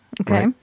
Okay